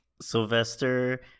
Sylvester